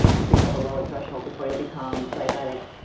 you seem to have a lower threshold before. you'll become diabetic,